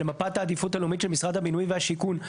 למפלת העדיפות הלאומית של משרד הבינוי והשיכון,